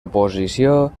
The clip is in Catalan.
oposició